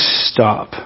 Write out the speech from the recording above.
stop